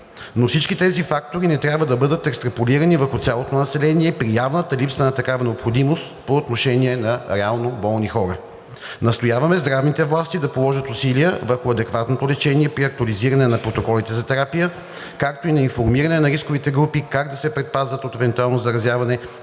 Но всички тези фактори не трябва да бъдат екстраполирани върху цялото население при явната липса на такава необходимост по отношение на реално болни хора. Настояваме здравните власти да положат усилия върху адекватното лечение при актуализиране на протоколите за терапия, както и на информиране на рисковите групи как да се предпазят от евентуално заразяване,